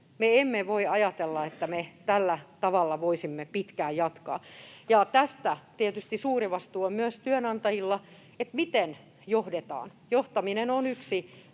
emme voi ajatella, että me tällä tavalla voisimme pitkään jatkaa. Tästä tietysti suuri vastuu on myös työnantajilla, miten johdetaan. Johtaminen on yksi